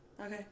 Okay